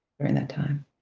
during that time.